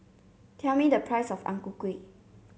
tell me the price of Ang Ku Kueh